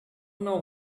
know